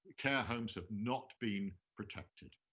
care homes have not been protected.